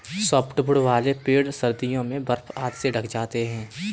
softwood वाले पेड़ सर्दियों में बर्फ आदि से ढँक जाते हैं